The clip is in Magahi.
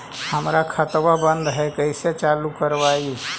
हमर खतवा बंद है कैसे चालु करवाई?